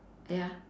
ya